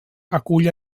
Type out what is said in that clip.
acull